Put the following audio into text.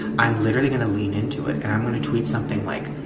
i'm literally gonna lean into it and i'm going to tweet something like,